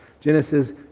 Genesis